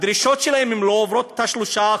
הדרישות שלהם לא עוברות את ה-3%,